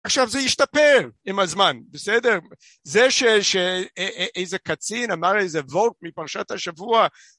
עכשיו זה ישתפר עם הזמן בסדר זה שאיזה קצין אמר איזה וורט מפרשת השבוע